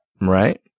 right